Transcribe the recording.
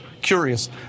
curious